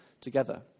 together